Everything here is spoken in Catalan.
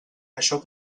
això